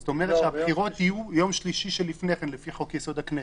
זאת אומרת הבחירות יהיו ביום שלישי שלפני כן לפי חוק-יסוד: הכנסת.